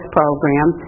program